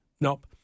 Nope